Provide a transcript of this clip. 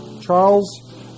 Charles